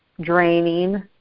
draining